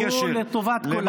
הוא לטובת כולם.